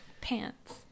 pants